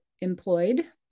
employed